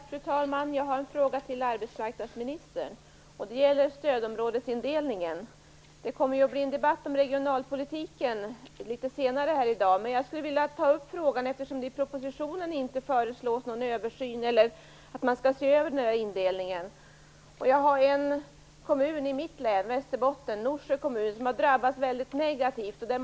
Fru talman! Jag en fråga till arbetsmarknadsministern. Det gäller stödområdesindelningen. Det kommer ju att bli en debatt om regionalpolitiken litet senare här i dag. Men jag skulle vilja ta upp frågan, eftersom det i propositionen inte föreslås att stödområdesindelningen skall ses över. Det finns en kommun i mitt län, Västerbottens län, som har drabbats väldigt negativt, nämligen Norsjö kommun.